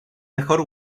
mejor